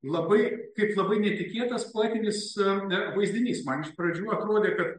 labai kaip labai netikėtas poetinis vaizdinys man iš pradžių atrodė kad